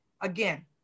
again